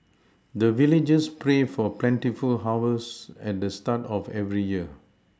the villagers pray for plentiful harvest at the start of every year